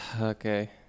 Okay